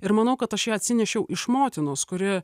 ir manau kad aš ją atsinešiau iš motinos kuri